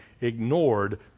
ignored